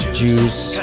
juice